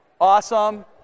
Awesome